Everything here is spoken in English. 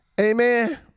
Amen